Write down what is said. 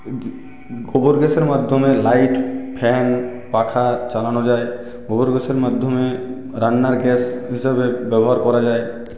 গোবর গ্যাসের মাধ্যমে লাইট ফ্যান পাখা চালানো যায় গোবর গ্যাসের মাধ্যমে রান্নার গ্যাস হিসেবে ব্যবহার করা যায়